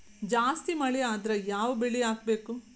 ಜಾಸ್ತಿ ಮಳಿ ಆದ್ರ ಯಾವ ಬೆಳಿ ಹಾಕಬೇಕು?